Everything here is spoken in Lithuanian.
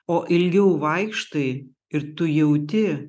o ilgiau vaikštai ir tu jauti